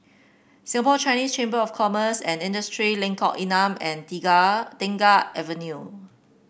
Singapore Chinese Chamber of Commerce and Industry Lengkong Enam and Tengah Avenue